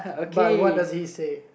but what does he say